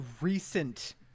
recent